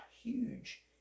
huge